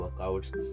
workouts